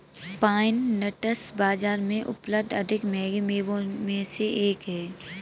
pine nuts बाजार में उपलब्ध अधिक महंगे मेवों में से एक हैं